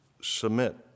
Submit